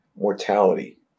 mortality